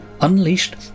Unleashed